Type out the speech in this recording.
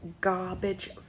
garbage